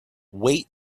wait